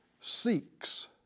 seeks